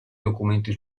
documenti